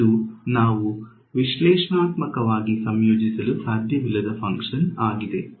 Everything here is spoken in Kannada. ಇದು ನಾವು ವಿಶ್ಲೇಷಣಾತ್ಮಕವಾಗಿ ಸಂಯೋಜಿಸಲು ಸಾಧ್ಯವಿಲ್ಲದ ಫಂಕ್ಷನ್ ಆಗಿದೆ